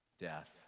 death